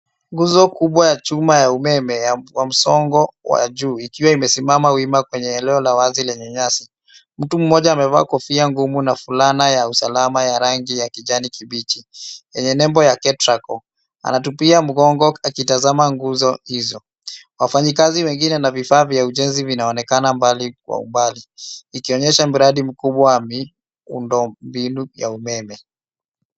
Nguzo kubwa ya chuma ya umeme wa msongo wa juu ikiwa imesimama wima kwenye eneo la wazi lenye nyasi. Mtu mmoja amevaa kofia ngumu na fulana ya usalama ya rangi ya kijani kibichi; yenye nembo ya KETRACO anatupea mgongo akitazama nguzo hizo. Wafanyikazi wengine na vifaa vya ujenzi vinaonekana mbali kwa umbali, ikionyesha mradi mkubwa wa miundo mbinu ya umeme.